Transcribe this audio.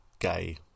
gay